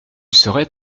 serait